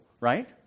right